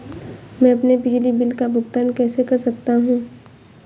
मैं अपने बिजली बिल का भुगतान कैसे कर सकता हूँ?